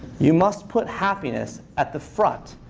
you must put happiness at the front